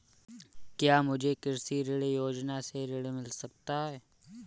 क्या मुझे कृषि ऋण योजना से ऋण मिल सकता है?